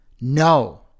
No